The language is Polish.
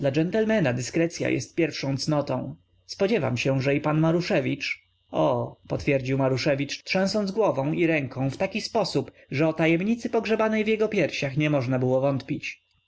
dżentlmena dyskrecya jest pierwszą cnotą spodziewam się że i pan maruszewicz o potwierdził maruszewicz trzęsąc głową i ręką w taki sposób że o tajemnicy pogrzebanej w jego piersiach nie można było wątpić